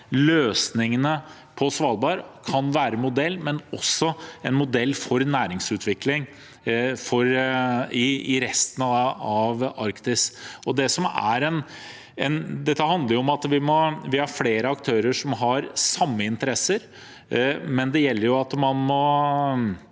løsningene på Svalbard kan være modell – også for næringsutvikling i resten av Arktis. Dette handler om at vi er flere aktører som har samme interesser, men det gjelder å